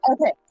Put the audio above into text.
Okay